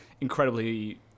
incredibly